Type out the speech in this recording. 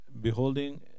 beholding